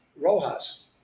Rojas